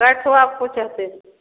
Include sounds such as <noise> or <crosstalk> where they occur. <unintelligible>